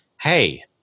hey